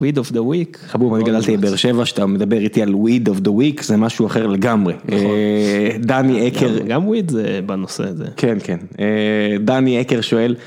וויד אוף דה וויק, חבוב אני גדלתי בבאר שבע שאתה מדבר איתי על וויד אוף דה וויק, זה משהו אחר לגמרי. נכון. דני עקר, גם וויד זה בנושא הזה. כן כן, דני עקר שואל.